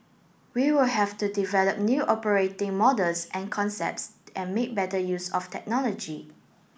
we will have to develop new operating models and concepts and make better use of technology